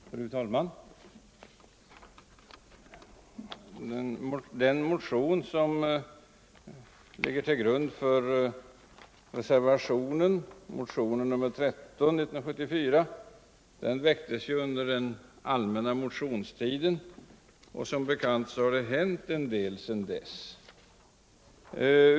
Fru talman! Den motion som ligger till grund för reservationen —- motionen 13 år 1974 — väcktes under den allmänna motionstiden, och som bekant har det hänt en del sedan dess.